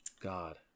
God